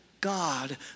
God